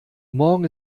morgen